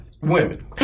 Women